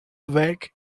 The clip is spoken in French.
avec